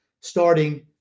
starting